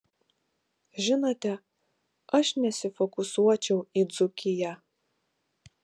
žinote aš nesifokusuočiau į dzūkiją